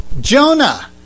Jonah